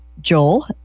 Joel